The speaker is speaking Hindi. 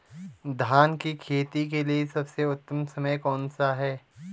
धान की खेती के लिए सबसे उत्तम समय कौनसा है?